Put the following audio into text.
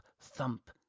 thump